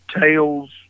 tails